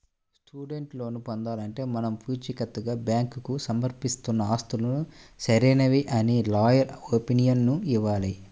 student loan పొందాలంటే మనం పుచీకత్తుగా బ్యాంకుకు సమర్పిస్తున్న ఆస్తులు సరైనవే అని లాయర్ ఒపీనియన్ ఇవ్వాలి